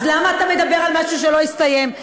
אז למה אתם מדבר על משהו שלא הסתיים?